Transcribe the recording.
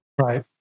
Right